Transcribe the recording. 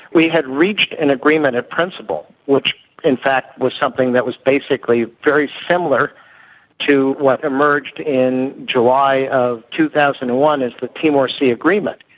we had reached an agreement in principle which in fact was something that was basically very similar to what emerged in july two thousand and one as the timor sea agreement.